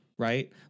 Right